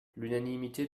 l’unanimité